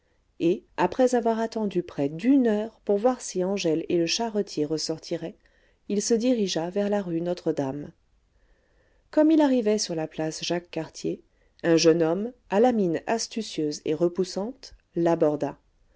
et après avoir attendu près d'une heure pour voir si angèle et le charretier ressortiraient il se dirigea vers la rue notre-dame comme il arrivait sur la place jacques cartier un jeune homme à la mine astucieuse et repoussante l'aborda